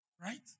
Right